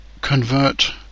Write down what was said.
convert